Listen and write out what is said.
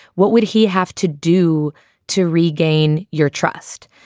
what would he have to do to regain your trust?